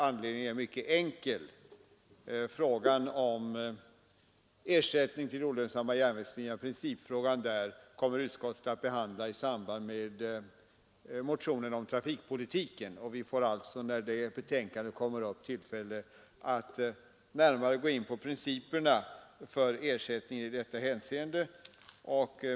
Anledningen är mycket enkel: Principfrågan om ersättning till olönsamma järnvägslinjer kommer att behandlas av utskottet i samband med motioner om trafikpolitiken. Vi får alltså, när det betänkandet kommer upp, tillfälle att närmare gå in på principerna för ersättning i detta hänseende.